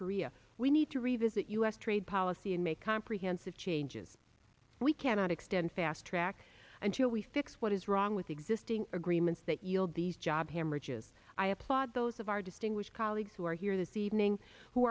korea we need to revisit u s trade policy and make comprehensive changes we cannot extend fast track until we fix what is wrong with existing agreements that yield these jobs haemorrhages i applaud those of our distinguished colleagues who are here this evening who